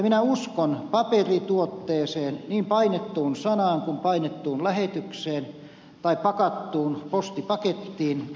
minä uskon paperituotteeseen niin painettuun sanaan kuin painettuun lähetykseen tai pakattuun postipakettiin